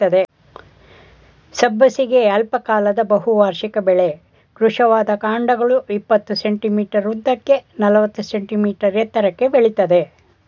ಸಬ್ಬಸಿಗೆ ಅಲ್ಪಕಾಲದ ಬಹುವಾರ್ಷಿಕ ಬೆಳೆ ಕೃಶವಾದ ಕಾಂಡಗಳು ಇಪ್ಪತ್ತು ಸೆ.ಮೀ ಉದ್ದಕ್ಕೆ ನಲವತ್ತು ಸೆ.ಮೀ ಎತ್ತರಕ್ಕೆ ಬೆಳಿತದೆ